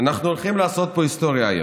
אנחנו הולכים לעשות פה היסטוריה היום.